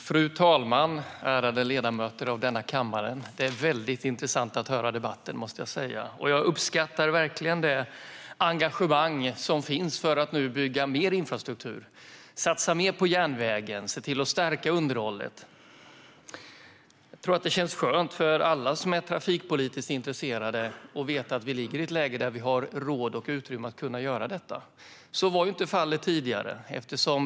Fru talman! Ärade ledamöter av denna kammare! Jag måste säga att det är väldigt intressant att höra debatten. Jag uppskattar verkligen det engagemang som finns för att nu bygga mer infrastruktur. Vi ska satsa mer på järnvägen och se till att stärka underhållet. Det känns nog skönt för alla som är trafikpolitiskt intresserade att veta att vi befinner oss i ett läge där vi har råd och utrymme att göra detta. Så var inte fallet tidigare.